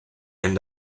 and